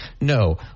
No